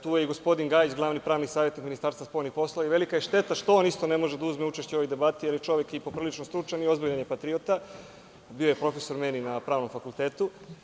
Tu je i gospodin Gajić, pravni savetnik Ministarstva spoljnih poslova, i velika je šteta što on ne može da uzme učešće u debati, jer je čovek prilično stručan i ozbiljan je patriota, bio je profesor meni na Pravnom fakultetu.